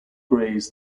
greys